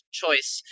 choice